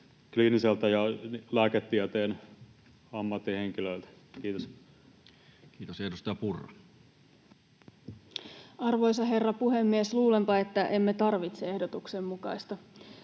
kliiniseltä ja lääketieteen ammattihenkilöiltä. — Kiitos. Kiitos. — Ja edustaja Purra. Arvoisa herra puhemies! Luulenpa, että emme tarvitse ehdotuksen mukaista